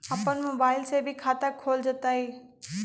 अपन मोबाइल से भी खाता खोल जताईं?